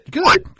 Good